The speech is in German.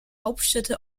hauptstädte